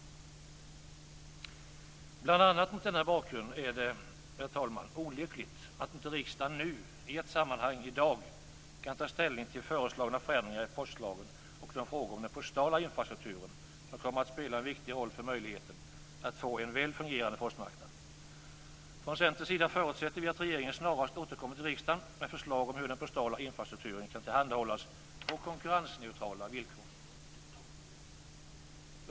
Mot bl.a. denna bakgrund är det, herr talman, olyckligt att inte riksdagen nu, i ett sammanhang i dag, kan ta ställning till föreslagna förändringar i postlagen och till de frågor om den postala infrastrukturen som kommer att spela en viktig roll för möjligheten att få en väl fungerande postmarknad. Från Centerns sida förutsätter vi att regeringen snarast återkommer till riksdagen med förslag om hur den postala infrastrukturen kan tillhandahållas på konkurrensneutrala villkor.